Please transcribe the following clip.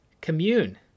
commune